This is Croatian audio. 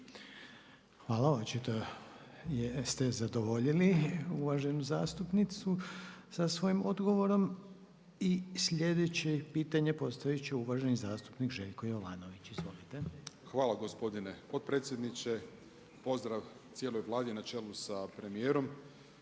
Hvala. Očito ste zadovoljili uvaženu zastupnici sa svojim odgovorom. I slijedeće pitanje postavit će uvaženi zastupnik Željko Jovanović. Izvolite. **Jovanović, Željko (SDP)** Hvala gospodine potpredsjedniče. Pozdrav cijeloj Vladi na čelu sa premijerom.